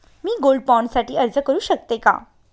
मी gold bond साठी अर्ज करु शकते का?